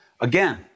Again